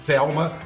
Selma